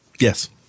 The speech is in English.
Yes